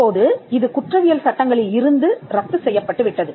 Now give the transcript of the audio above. இப்போது இது குற்றவியல் சட்டங்களில் இருந்து ரத்து செய்யப்பட்டுவிட்டது